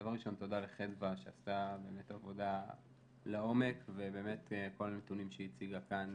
דבר ראשון תודה לחדווה שעשתה לעומק ובאמת כל הנתונים שהיא הציגה כאן